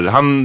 Han